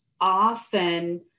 often